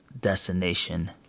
destination